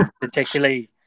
particularly